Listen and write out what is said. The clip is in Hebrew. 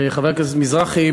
חבר הכנסת מזרחי,